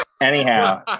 Anyhow